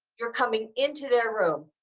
you're coming into their room.